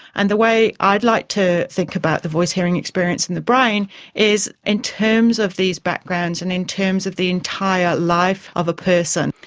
and the way i'd like to think about the voice-hearing experience in the brain is in terms of these backgrounds and in terms of the entire life of a person.